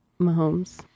Mahomes